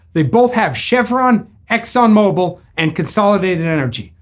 they both have chevron, exxon mobil, and consolidated energy.